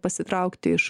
pasitraukti iš